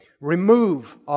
Remove